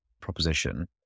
proposition